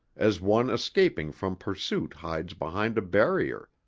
as one escaping from pursuit hides behind a barrier.